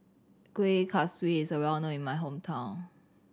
Kueh Kaswi is a well known in my hometown